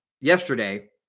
yesterday